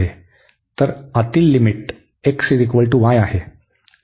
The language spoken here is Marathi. तर आतील लिमिट xy आहे